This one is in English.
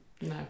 No